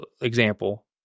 example